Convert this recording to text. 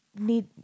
need